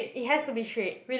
it has to be straight